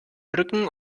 rücken